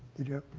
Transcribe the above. did you